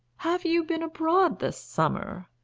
have you been abroad this summer?